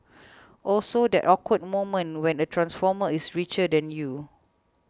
also that awkward moment when a transformer is richer than you